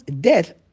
death